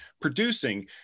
producing